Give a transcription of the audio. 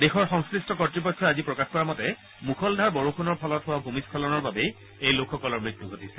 দেশৰ সংশ্লিষ্ট কৰ্তৃপক্ষই আজি প্ৰকাশ কৰা মতে মুষলধাৰ বৰষুণৰ ফলত হোৱা ভূমিস্থলনৰ বাবেই এই লোকসকলৰ মৃত্যু ঘটিছে